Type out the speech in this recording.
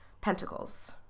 pentacles